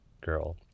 girl